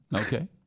Okay